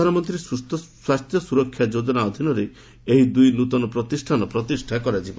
ପ୍ରଧାନମନ୍ତ୍ରୀ ସ୍ୱାସ୍ଥ୍ୟ ସୁରକ୍ଷା ଯୋଜନା ଅଧୀନରେ ଏହି ଦୁଇ ନୂତନ ପ୍ରତିଷ୍ଠାନ ପ୍ରତିଷ୍ଠା କରାଯିବ